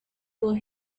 were